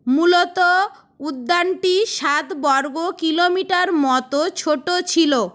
মূলত উদ্যানটি সাত বর্গ কিলোমিটার মতো ছোট ছিলো